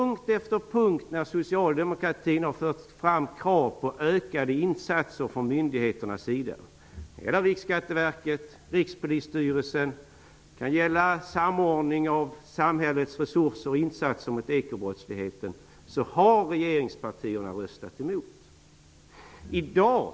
När Socialdemokraterna har fört fram på ökade insatser från myndigheternas sida -- det kan ha gällt Riksskatteverket, Rikspolisstyrelsen, samordningen av samhällets resurser av insatser mot ekonomisk brottslighet -- har regeringspartierna på punkt efter punkt rösta emot förslagen.